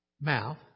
mouth